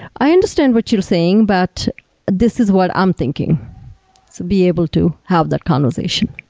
i understand what you're saying, but this is what i'm thinking. so be able to have that conversation,